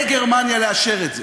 לגרמניה לאשר את זה?